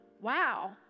wow